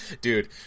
Dude